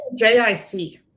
JIC